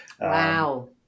Wow